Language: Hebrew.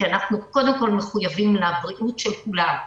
כי אנחנו קודם כול מחויבים לבריאות של כולם,